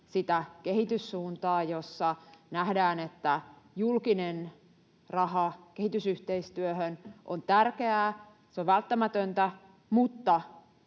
sitä kehityssuuntaa, jossa nähdään, että julkinen raha kehitysyhteistyöhön on tärkeää — se on välttämätöntä — mutta